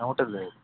ಹಾಂ ಹೋಟೆಲ್ಲೇ